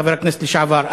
חבר הכנסת לשעבר,